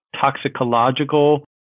toxicological